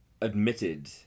admitted